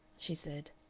she said.